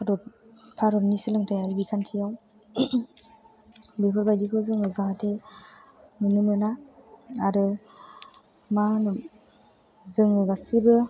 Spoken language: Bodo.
भारतनि सोलोंथाइयारि बिखान्थियाव बेफोरबायदिखौ जोङो जाहाथे नुनो मोना आरो मा होनो जोङो गासिबो